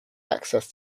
access